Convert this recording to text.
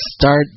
start